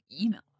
email